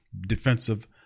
defensive